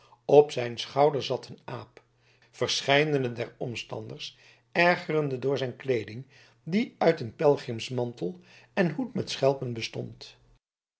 op zijn schouder zat een aap verscheidene der omstanders ergerende door zijn kleeding die uit een pelgrimsmantel en hoed met schelpen bestond